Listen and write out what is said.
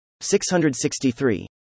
663